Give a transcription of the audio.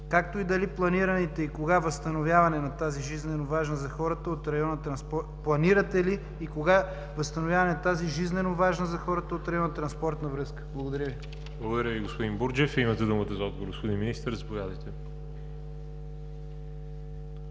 на щети? Планирате ли и кога възстановяването на тази жизненоважна за хората от района транспортна връзка? Благодаря Ви.